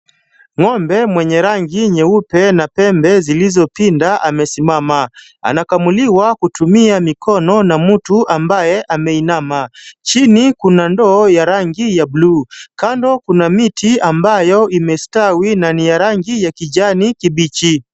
Ng'ombe mwenye rangi nyeupe na pembe zilizopinda amesimama. Anakamuliwa kutumia mikono na mtu ambaye ameinama. Chini kuna ndoo ya rangi ya blue . Kando kuna miti ambayo imestawi na ni rangi kijani kibichi.